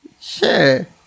Sure